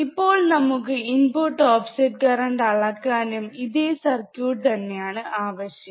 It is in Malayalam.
ഇപ്പോൾ നമുക്ക് ഇൻപുട്ട് ഓഫ്സെറ്റ് കറണ്ട് അളക്കാനും ഇതേ സർക്യൂട്ട് തന്നെയാണ് ആവശ്യം